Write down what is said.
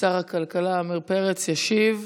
שר הכלכלה עמיר פרץ ישיב.